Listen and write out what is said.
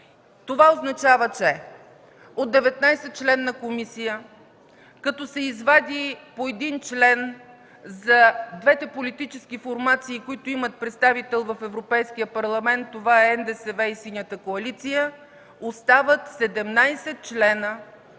Това означава, че от 19-членна комисия, като се извади по един член за двете политически формации, които имат представител в Европейския парламент – това са НДСВ и Синята коалиция, остават 17 члена,